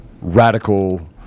radical